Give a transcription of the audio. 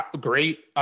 Great